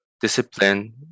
discipline